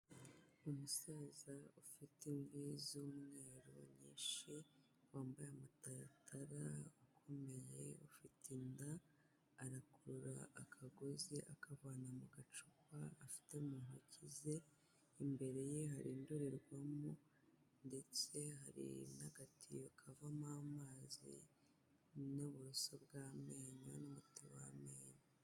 Umusaza ufite imvi z'umweru nyinshi, wambaye amataratara, ukomeye, ufite inda, arakurura akagozi akavana mu gacupa afite mu ntoki ze, imbere ye hari indorerwamo ndetse hari n'agatiyo kavamo amazi n'uburoso bw'amenyo n'umuti w'amenyo.